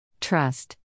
Trust